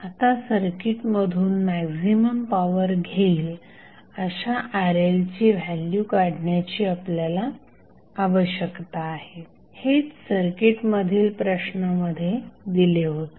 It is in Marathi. आता सर्किट मधून मॅक्झिमम पॉवर घेईल अशा RLची व्हॅल्यू काढण्याची आपल्याला आवश्यकता आहे हेच सर्किट मधील प्रश्नामध्ये दिले होते